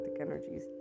energies